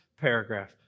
paragraph